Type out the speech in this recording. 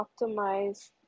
optimize